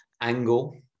angle